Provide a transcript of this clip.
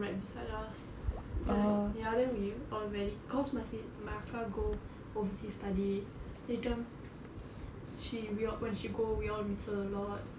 right beside us then ya then we all very because my sis my அக்கா:akkaa go overseas study later she when we all go we all miss her a lot